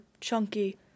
chunky